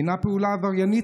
אינה פעולה עבריינית,